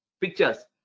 pictures